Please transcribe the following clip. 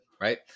right